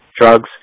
drugs